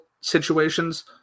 situations